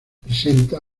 presenta